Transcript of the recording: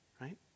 right